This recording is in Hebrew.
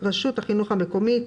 רשות החינוך המקומית,